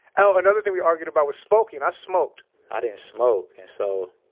ah another thing we argued about was smoking. i smoked i didn't smoke. and so,